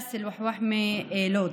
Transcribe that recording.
אנאס אל ווחוואח מלוד.